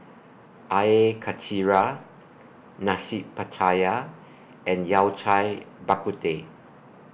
Air Karthira Nasi Pattaya and Yao Cai Bak Kut Teh